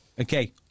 okay